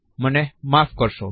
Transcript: મને માફ કરશો મિસ્સ